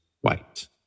white